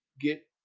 get